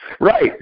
Right